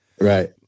Right